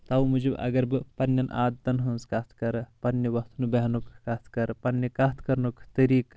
توٚو موٗجوب اگر بہٕ پننٮ۪ن عادتن ہٕنٛز کتھ کرٕ پننہِ وتھنہٕ بٮ۪ہنُک کتھ کرٕ پننہِ کتھ کرنُک طٔریٖقہٕ